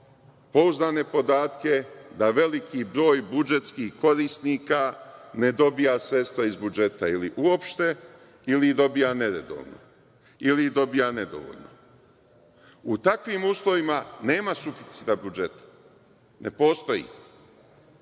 pouzdane podatke da veliki broj budžetskih korisnika ne dobija sredstva iz budžeta ili uopšte ili ih dobija neredovno ili ih dobija nedovoljno. U takvim uslovima nema suficita budžeta, ne postoji.